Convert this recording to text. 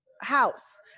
house